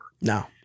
No